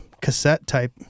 cassette-type